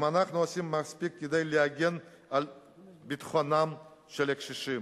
אם אנחנו עושים מספיק כדי להגן על ביטחונם של הקשישים,